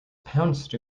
pounced